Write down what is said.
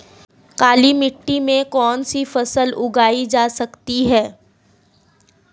काली मिट्टी में कौनसी फसल उगाई जा सकती है?